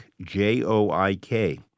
J-O-I-K